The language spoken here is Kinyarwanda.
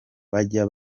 bajya